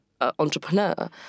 entrepreneur